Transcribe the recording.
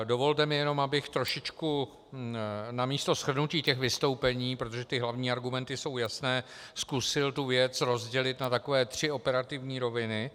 Dovolte mi jenom, abych trošičku namísto shrnutí těch vystoupení, protože hlavní argumenty jsou jasné, zkusil tu věc rozdělit na takové tři operativní roviny.